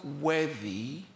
worthy